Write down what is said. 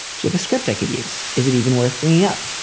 javascript i could use. is it even worth bringing up?